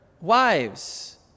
wives